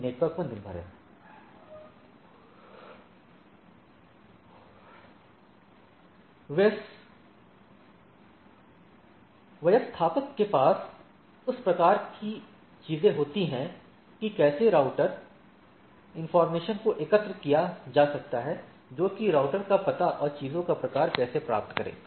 यह नेटवर्क पर निर्भर है व्यवस्थापक के पास उस प्रकार की चीजें होती हैं कि कैसे राउटर informationsको एकत्र किया जा सकता है जो कि राउटर का पता और चीजों का प्रकार कैसे प्राप्त करें